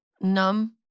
numb